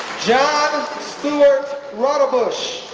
john stuart roudebush,